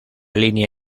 línea